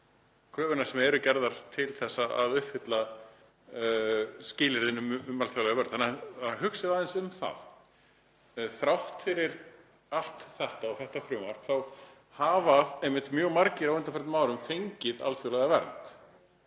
kröfurnar sem eru gerðar til að uppfylla skilyrðin um alþjóðlega vernd. Hugsið aðeins um það. Þrátt fyrir allt þetta og þetta frumvarp hafa einmitt mjög margir á undanförnum árum fengið alþjóðlega vernd